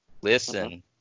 Listen